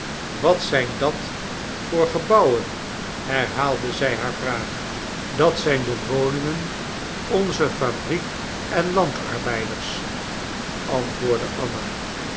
wat zijn dat voor gebouwen herhaalde zij haar vraag dat zijn de woningen onzer fabriek en landarbeiders antwoordde anna